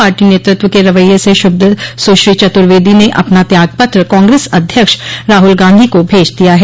party नेतृत्व के रवैये से क्षुब्ध सुश्री चतुर्वेदी ने अपना त्याग पत्र कांग्रेस अध्यक्ष राहुल गांधी को भेज दिया है